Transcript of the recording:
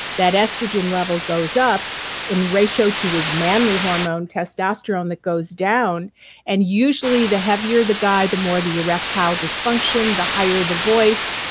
that estrogen level goes up in ratio to his manly hormone testosterone that goes down and usually the heavier the guy the more the erectile dysfunction, the higher the voice,